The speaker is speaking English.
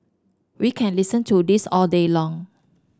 we can listen to this all day long